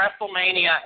WrestleMania